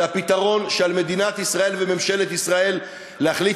זה הפתרון שעל מדינת ישראל וממשלת ישראל להחליט